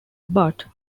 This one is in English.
but